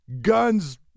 Guns